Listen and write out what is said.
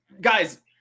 Guys